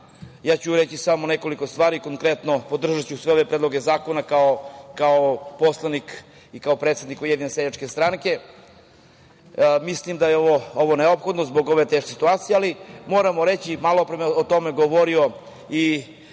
reći ću samo nekoliko stvari, konkretno podržaću sve ove predloge zakona kao poslanik i kao predsednik Ujedinjene seljačke stranke. Mislim da je ovo neophodno zbog ove teške situacije, ali moramo reći, malopre je o tome govorio i